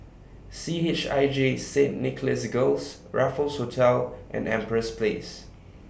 C H I J Saint Nicholas Girls Raffles Hotel and Empress Place